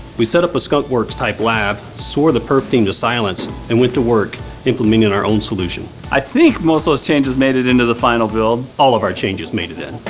we set up a skunk works type lab, swore the perf team to silence and went to work implementing our own solution. i think most of those changes made it into the final build. all of our changes made it in.